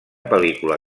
pel·lícula